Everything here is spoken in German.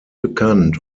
bekannt